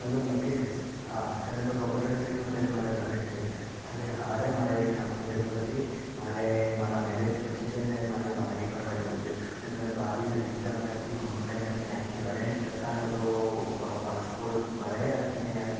હાલો મુકેશ હા તને તો ખબર જ હશે હું અત્યારે મારા લગ્ન છે અરે હા અરે મારે એક કામની જરૂર હતી મારે મારા મેરેજ પછી છે ને મારે બાલી ફરવા જવું છે અને તને બાલીના વિઝા મને તું ગમે તેમ ક્યાંકથી અરેન્જ થતાં હોય તો પાસપોર્ટનું કરાવી આપને યાર